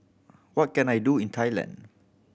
what can I do in Thailand